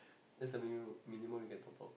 that's the minimum minimum you can top up